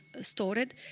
stored